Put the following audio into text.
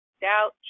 doubt